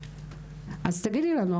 אז תגידי לנו.